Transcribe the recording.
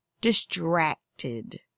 distracted